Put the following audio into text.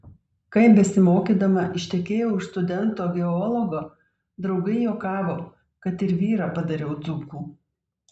kai besimokydama ištekėjau už studento geologo draugai juokavo kad ir vyrą padariau dzūku